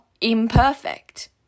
imperfect